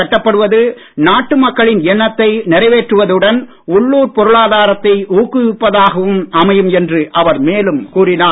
கட்டப்படுவது நாட்டு மக்களின் எண்ணத்தை நிறைவேற்றுவதுடன் உள்ளூர் பொருளாதாரத்தை ஊக்குவிப்பதாகவும் அமையும் என்று அவர் மேலும் கூறினார்